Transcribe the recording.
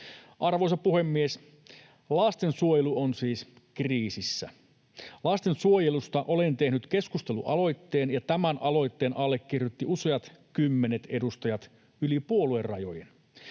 Arvoisa puhemies! Lastensuojelu on siis kriisissä. Olen tehnyt keskustelualoitteen lastensuojelusta, ja tämän aloitteen allekirjoittivat useat kymmenet edustajat yli puoluerajojen.